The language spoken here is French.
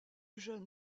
jeune